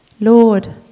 Lord